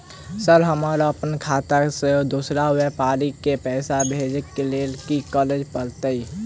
Sir हम अप्पन खाता सऽ दोसर व्यापारी केँ पैसा भेजक लेल की करऽ पड़तै?